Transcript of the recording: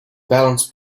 balance